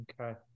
Okay